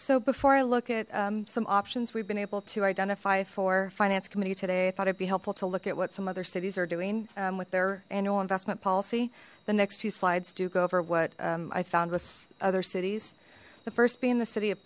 so before i look at some options we've been able to identify for finance committee today i thought i'd be helpful to look at what some other cities are doing with their annual investment policy the next few slides do go over what i found with other cities the first be in the city of